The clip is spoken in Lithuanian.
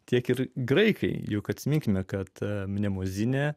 tiek ir graikai juk atsiminkime kad nemuzikinę